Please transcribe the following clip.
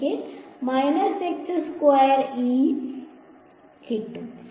എനിക്ക് കിട്ടും